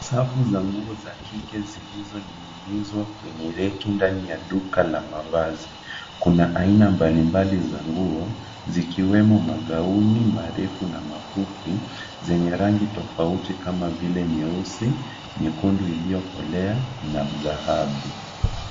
Safu za nguo za kike zilizoning'inizwa kwenye reki ndani ya duka la mavazi. Kuna aina mbalimbali za nguo, zikiwemo magauni marefu na mafupi zenye rangi tofauti kama vile nyeusi, nyekundu iliyokolea na dhahabu.